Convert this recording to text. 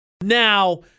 Now